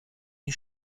die